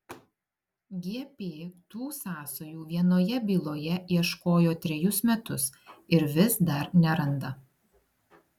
gp tų sąsajų vienoje byloje ieškojo trejus metus ir vis dar neranda